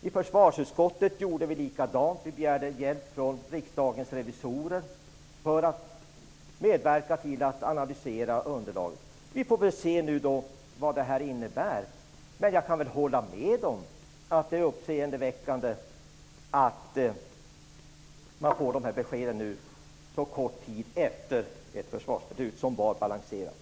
I försvarsutskottet gjorde vi likadant. Vi begärde hjälp från Riksdagens revisorer med att analysera underlaget. Nu får vi se vad det här innebär. Jag kan hålla med om att det är uppseendeväckande med de här beskeden, en sådan kort tid efter ett försvarsbeslut som var balanserat.